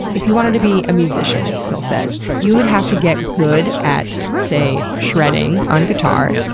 if you wanted to be a musician, phil says, you would have to get good at, say, shredding on guitar.